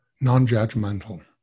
Non-judgmental